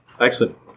Excellent